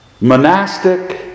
monastic